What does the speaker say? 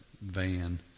van